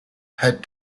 had